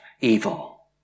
evil